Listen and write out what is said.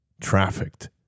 trafficked